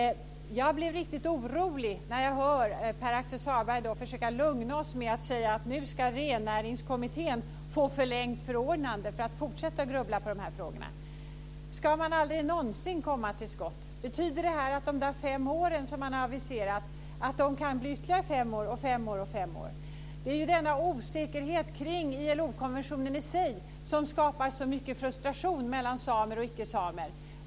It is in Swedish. Jag blev riktigt orolig när jag hörde Pär-Axel Sahlberg försöka lugna oss med att säga att nu ska Rennäringskommittén få förlängt förordnande för att fortsätta att grubbla på frågorna. Ska man aldrig någonsin komma till skott? Betyder detta att de fem år som har aviserats kan bli ytterligare fem år och fem år? Det är denna osäkerhet kring ILO-konventionen i sig som skapar så mycket frustration mellan samer och icke-samer.